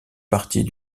partie